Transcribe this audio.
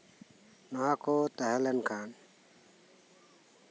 ᱱᱚᱣᱟ ᱠᱚ ᱛᱟᱸᱦᱮ ᱞᱮᱱᱠᱷᱟᱱ